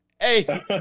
Hey